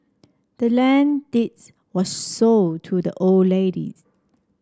the land deeds was sold to the old ladies